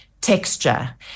texture